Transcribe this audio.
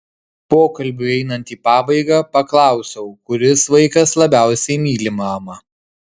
pokalbiui einant į pabaigą paklausiau kuris vaikas labiausiai myli mamą